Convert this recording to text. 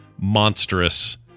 monstrous